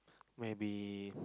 maybe